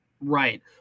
Right